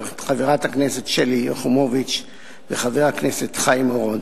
חברת הכנסת שלי יחימוביץ וחבר הכנסת חיים אורון,